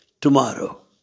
tomorrow